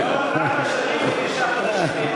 בעוד ארבע שנים ותשעה חודשים יהיה